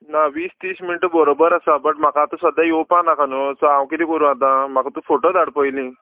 ना वीस तीस मिनटां बरोबर आसा बट म्हाका आतां सद्द्या येवपा नाका न्हू सो हांव किदें करूं आतां म्हाका तूं फोटो धाड पयलीं